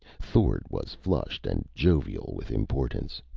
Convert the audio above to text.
thord was flushed and jovial with importance.